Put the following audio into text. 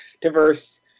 diverse